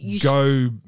Go